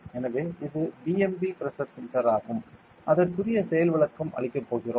எனவே இது BMP pressure sensor ஆகும் அதற்குரிய செயல் விளக்கம் அளிக்கப் போகிறோம்